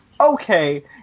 okay